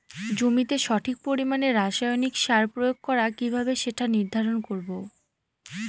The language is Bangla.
জমিতে সঠিক পরিমাণে রাসায়নিক সার প্রয়োগ করা কিভাবে সেটা নির্ধারণ করব?